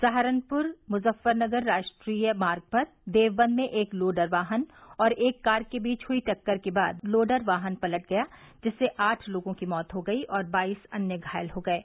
सहारनपुर मुजफ्फरनगर राष्ट्रीय मार्ग पर देवबंद में एक लोडर वाहन और एक कार के बीच हुई टक्कर के बाद लोडर वाहन पलट गया जिससे आठ लोगों की मौत हो गयी और बाईस अन्य घायल हो गये